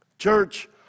Church